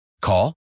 Call